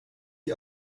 ihr